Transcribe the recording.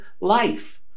life